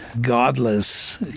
godless